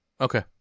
Okay